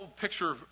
picture